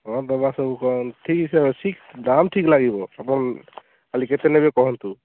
ହଁ ଦବା ସବୁ କ'ଣ ଠିକ୍ସେ ଅଛି ଦାମ୍ ଠିକ୍ ଲାଗିବ ଆପଣ ଖାଲି କେତେ ନେବେ କହନ୍ତୁ